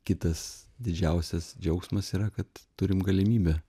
kitas didžiausias džiaugsmas yra kad turim galimybę